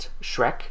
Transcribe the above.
Shrek